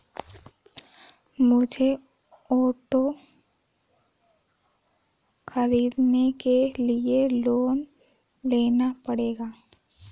मुझे ऑटो खरीदने के लिए लोन लेना पड़ेगा